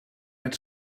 het